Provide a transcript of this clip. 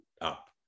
up